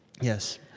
Yes